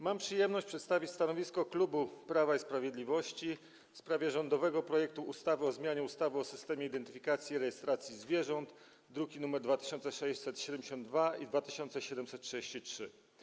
Mam przyjemność przedstawić stanowisko klubu Prawa i Sprawiedliwości w sprawie rządowego projektu ustawy o zmianie ustawy o systemie identyfikacji i rejestracji zwierząt, druki nr 2672 i 2733.